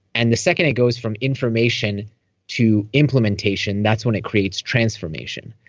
and the second it goes from information to implementation, that's when it creates transformation,